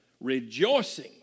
rejoicing